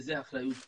זו אחריות שלנו,